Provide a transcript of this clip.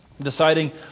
deciding